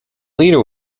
leader